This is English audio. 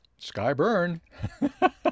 skyburn